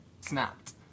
snapped